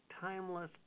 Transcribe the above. timeless